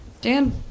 Dan